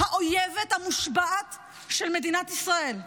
האויבת המושבעת של מדינת ישראל,